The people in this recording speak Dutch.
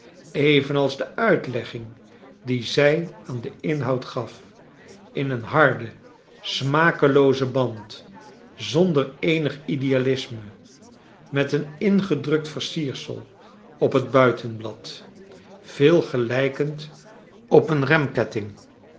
evenals de uitlegging die zij aan den inhoud gaf in een harden smakeloozen band zonder eenig idealisme met een ingedrukt versiersel op het buitenbl'id vcel geiijkcnd op een